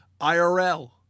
IRL